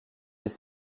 les